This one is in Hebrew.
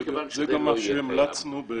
מכיוון שזה לא יהיה --- זה גם מה שהמלצנו בדוח